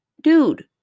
dude